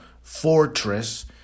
fortress